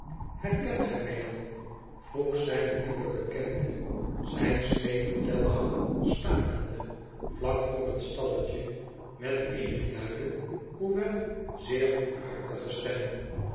herkent gij mij dan vroeg zijne nieuwe bekende zijn scheeven telgang stakende vlak voor het suueq'e met eene luide hoewel zeer goedhartige stem